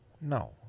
no